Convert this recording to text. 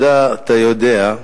אתה יודע,